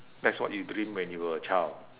that's what you dream when you were a child